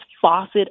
faucet